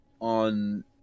on